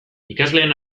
ikasleen